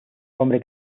hombre